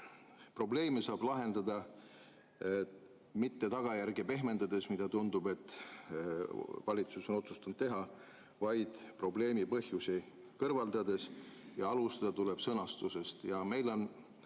Probleemi saab lahendada mitte tagajärgi pehmendades, nagu tundub, et valitsus on otsustanud teha, vaid põhjusi kõrvaldades. Ja alustada tuleb sõnastusest.